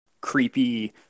creepy